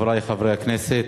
חברי חברי הכנסת,